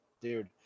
dude